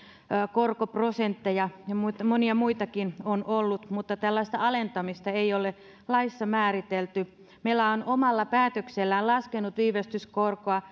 korkoprosentteja ja monia muitakin on ollut mutta tällaista alentamista ei ole laissa määritelty mela on omalla päätöksellään laskenut viivästyskorkoa